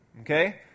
okay